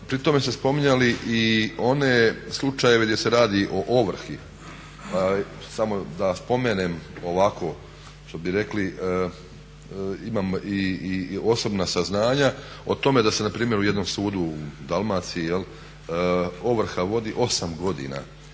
pri tome ste spominjali i one slučajeve gdje se radi o ovrsi, samo da spomenem ovako što bi rekli imam i osobna saznanja o tome da se npr. u jednom sudu u Dalmaciji ovrha vodi 8 godina